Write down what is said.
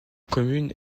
commune